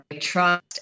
Trust